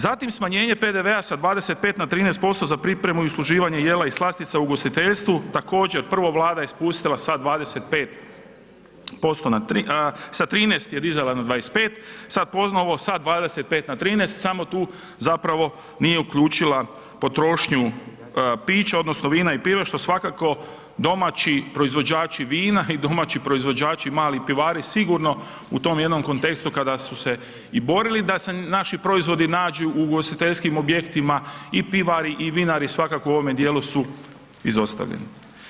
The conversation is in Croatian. Zatim, smanjenje PDV-a sa 25 na 13% za pripremu i usluživanje jela i slastica u ugostiteljstvu također prvo Vlada je spustila sa 25%, sa 13 je dizala na 25, sad ponovo sa 25 na 13 samo tu zapravo nije uključila potrošnju pića odnosno vina i piva što svakako domaći proizvođači vina i domaći proizvođači mali pivari sigurno u tom jednom kontekstu kada su se i borili da se naši proizvodi nađu u ugostiteljskim objektima i pivari i vinari svakako u ovome dijelu su izostavljeni.